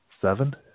seven